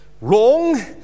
wrong